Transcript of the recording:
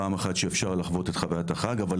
פעם אחת שאפשר לחוות את חוויית החג אבל